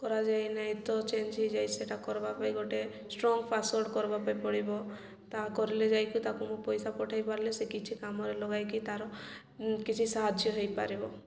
କରାଯାଇ ନାହିଁ ତ ଚେଞ୍ଜ ହେଇଯାଏ ସେଟା କରିବା ପାଇଁ ଗୋଟେ ଷ୍ଟ୍ରଙ୍ଗ ପାସୱାର୍ଡ଼ କରିବା ପାଇଁ ପଡ଼ିବ ତା' କଲେ ଯାଇକି ତାକୁ ମୁଁ ପଇସା ପଠାଇ ପାରିଲେ ସେ କିଛି କାମରେ ଲଗାଇକି ତା'ର କିଛି ସାହାଯ୍ୟ ହେଇପାରିବ